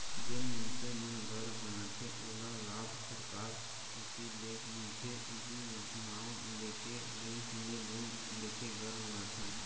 जेन मनसे मन घर बनाथे ओला लाभ सरकार कोती ले मिलथे इहीं नांव लेके बेंक ले लोन लेके घर बनाथे